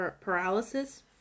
paralysis